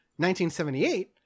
1978